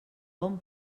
bon